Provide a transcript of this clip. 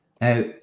Now